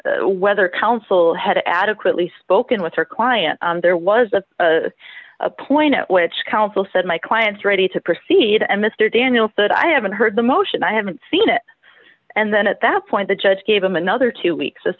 over whether counsel had adequately spoken with her client there was a point at which counsel said my client's ready to proceed and mr daniels said i haven't heard the motion i haven't seen it and then at that point the judge gave him another two weeks this